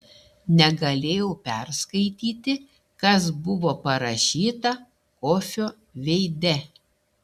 negalėjau perskaityti kas buvo parašyta kofio veide